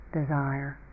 desire